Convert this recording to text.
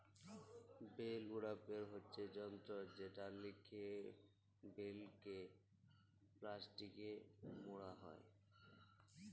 bell উড়াপের হচ্যে যন্ত্র যেটা লিয়ে বেলকে প্লাস্টিকে মড়া হ্যয়